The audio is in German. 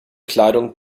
kleidung